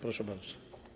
Proszę bardzo.